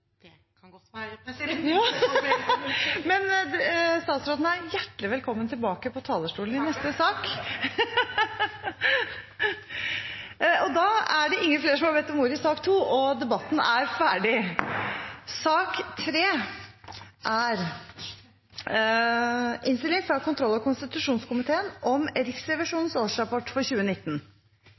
Det kan godt være, president. Men statsråden er hjertelig velkommen tilbake på talerstolen i neste sak. Da er det ikke flere som har bedt om ordet i sak nr. 2. Da skal saksordføreren og komiteens leder Dag Terje Andersen få ordet først – og